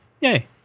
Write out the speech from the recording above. Yay